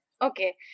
Okay